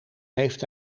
heeft